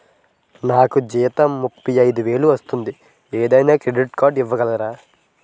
నాకు జీతం ముప్పై ఐదు వేలు వస్తుంది నాకు ఏదైనా క్రెడిట్ కార్డ్ ఇవ్వగలరా?